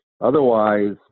Otherwise